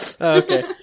Okay